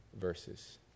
verses